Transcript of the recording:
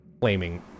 flaming